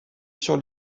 sur